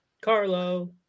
Carlo